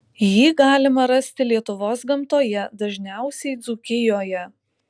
jį galima rasti lietuvos gamtoje dažniausiai dzūkijoje